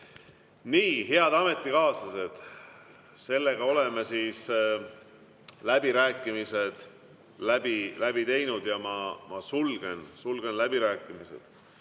Nii. Head ametikaaslased, oleme läbirääkimised läbi teinud ja ma sulgen läbirääkimised.